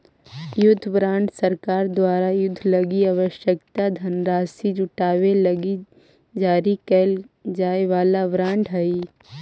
युद्ध बॉन्ड सरकार द्वारा युद्ध लगी आवश्यक धनराशि जुटावे लगी जारी कैल जाए वाला बॉन्ड हइ